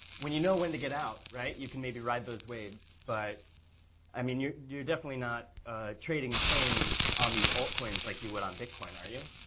when you know when to get out, right, you can maybe ride those waves. but i mean you're definitely not trading the same on these altcoins like you would on bitcoin, are you?